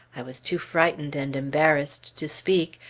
i was too frightened and embarrassed to speak,